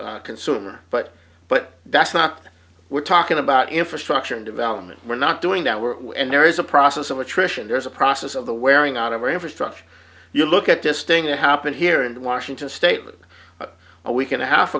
to consumer but but that's not we're talking about infrastructure and development we're not doing that we're and there is a process of attrition there's a process of the wearing out of our infrastructure you look at this thing that happened here in washington state with a week and a half